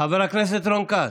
חבר הכנסת רון כץ.